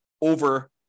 over